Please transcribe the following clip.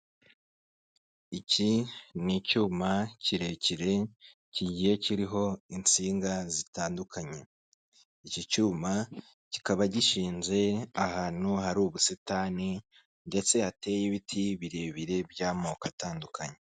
Iki ni icyuma kirekire kigiye kiriho insinga zitandukanye, iki cyuma kikaba gishinze ahantu hari ubusitani ndetse hateye ibiti birebire by'amoko atandukanye.